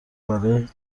برای